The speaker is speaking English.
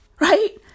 Right